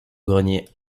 grenier